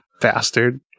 bastard